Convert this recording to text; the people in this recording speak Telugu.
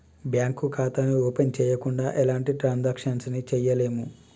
బ్యేంకు ఖాతాని ఓపెన్ చెయ్యకుండా ఎలాంటి ట్రాన్సాక్షన్స్ ని చెయ్యలేము